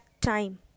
time